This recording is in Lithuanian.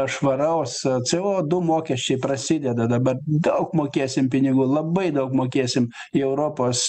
švaraus co du mokesčiai prasideda dabar daug mokėsim pinigų labai daug mokėsim į europos